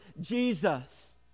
Jesus